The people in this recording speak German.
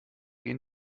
gehen